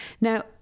Now